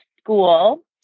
school